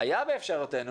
זה באמת הבעיה.